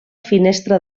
finestra